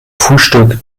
frühstück